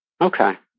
Okay